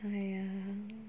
!aiya!